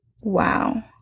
Wow